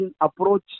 approach